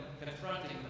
confronting